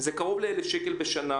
קרוב ל-1,000 שקל בשנה,